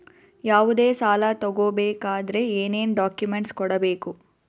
ಯಾವುದೇ ಸಾಲ ತಗೊ ಬೇಕಾದ್ರೆ ಏನೇನ್ ಡಾಕ್ಯೂಮೆಂಟ್ಸ್ ಕೊಡಬೇಕು?